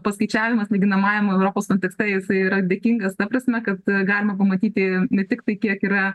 paskaičiavimas lyginamajam europos kontekste jisai yra dėkingas ta prasme kad galima pamatyti ne tiktai kiek yra